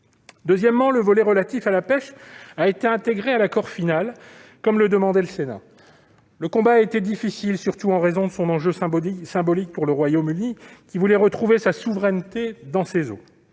ailleurs, le volet relatif à la pêche a été intégré à l'accord final, comme le demandait le Sénat. Le combat a été difficile, surtout en raison de son enjeu symbolique pour le Royaume-Uni, qui voulait retrouver sa souveraineté dans ses eaux.,